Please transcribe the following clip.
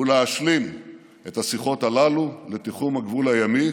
ולהשלים את השיחות הללו לתיחום הגבול הימי,